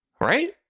Right